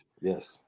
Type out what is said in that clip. Yes